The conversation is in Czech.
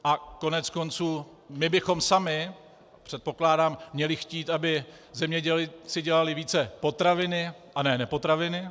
A koneckonců my bychom sami, předpokládám, měli chtít, aby zemědělci dělali více potraviny a ne nepotraviny.